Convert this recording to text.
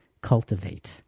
cultivate